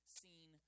seen